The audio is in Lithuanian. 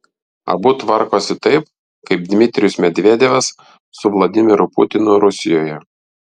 abu tvarkosi taip kaip dmitrijus medvedevas su vladimiru putinu rusijoje